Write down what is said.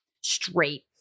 straight